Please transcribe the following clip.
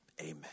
amen